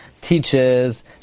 teaches